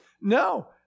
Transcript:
no